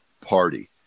party